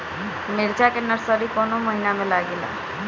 मिरचा का नर्सरी कौने महीना में लागिला?